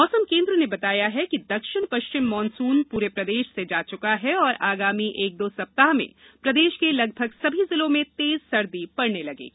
मौसम केन्द्र ने बताया है कि दक्षिण पश्चिम मानसून पूरे प्रदेश से जा चुका है और आगामी एक दो सप्ताह में प्रदेश के लगभग सभी जिलों में तेज सर्दी पड़ने लगेगी